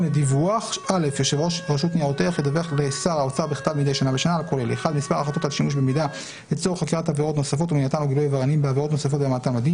(1)מרשות ניירות ערך למסור מידע לצורך קבלת חוות דעת של מומחה,